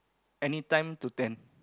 any time to ten